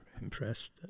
impressed